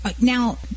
Now